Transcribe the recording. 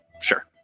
Sure